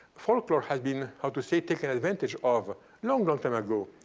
folklore has been, how to say, taken advantage of a long, long time ago.